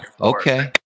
Okay